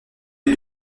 les